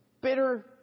bitter